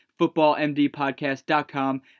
footballmdpodcast.com